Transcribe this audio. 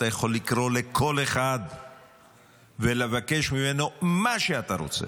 אתה יכול לקרוא לכל אחד ולבקש ממנו מה שאתה רוצה.